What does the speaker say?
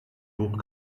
hoch